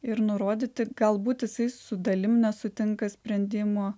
ir nurodyti galbūt jisai su dalim nesutinka sprendimo